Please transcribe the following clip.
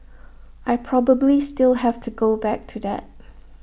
I probably still have to go back to that